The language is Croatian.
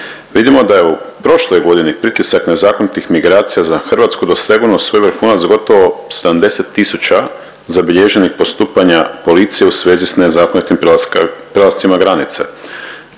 vidimo da je u prošloj godini pritisak nezakonitih migracija za Hrvatsku dosegnuo svoj vrhunac gotovo 70 tisuća zabilježenih postupanja policije u svezi s nezakonitim prelascima granica,